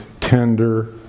tender